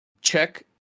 Check